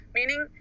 Meaning